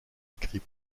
écrit